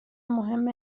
مهم